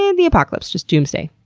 and the apocalypse. just doomsday.